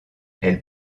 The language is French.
elle